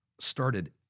started